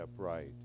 upright